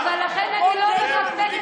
אבל תנו לי, בבקשה.